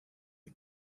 the